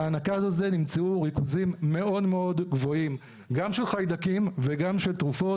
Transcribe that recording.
בנקז הזה נמצאו ריכוזים מאוד גבוהים גם של חיידקים וגם של תרופות.